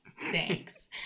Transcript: Thanks